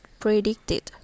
predicted